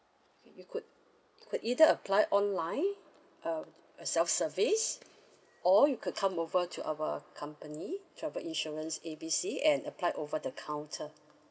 you could you could either apply online um uh self service or you could come over to our company travel insurance A B C and apply over the counter